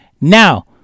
Now